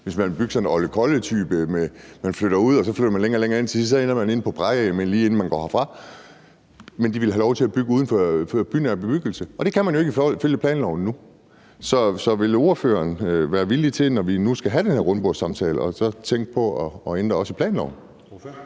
at man flytter ud, og så flytter man længere og længere ind, og til sidst ender man inden for plejehjemmet, lige inden man går herfra. Men de vil have lov til at bygge uden for bynær bebyggelse, og det kan man jo ikke ifølge planloven nu. Så vil ordføreren være villig til, når vi nu skal have den her rundbordssamtale, at tænke på også at ændre i planloven?